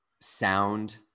sound